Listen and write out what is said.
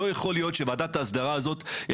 לא יכול להיות שוועדת האסדרה הזאת...